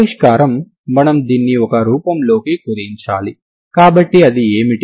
పరిష్కారం మనం దీన్ని ఒక రూపంలోకి కుదించాలి కాబట్టి అది ఏమిటి